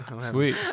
Sweet